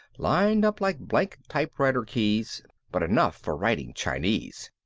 lined up like blank typewriter keys but enough for writing chinese.